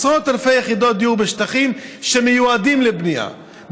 עשרות אלפי יחידות דיור בשטחים שמיועדים לבנייה,